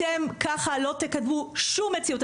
אתם ככה לא תתקדמו שום מציאות,